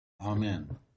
Amen